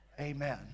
Amen